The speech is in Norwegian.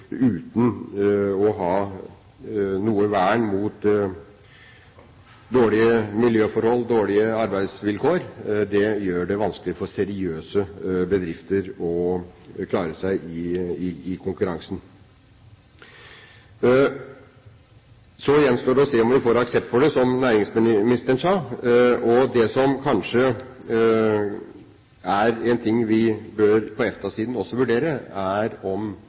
uten å ha noe vern mot dårlige miljøforhold, dårlige arbeidsvilkår, er vanskelig for seriøse bedrifter, det blir vanskelig å klare seg i konkurransen. Så gjenstår det å se om vi får aksept for det, som næringsministeren sa. Det som kanskje er en ting vi på EFTA-siden også bør vurdere, er om